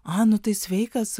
nu tai sveikas